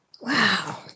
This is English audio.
Wow